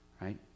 right